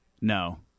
No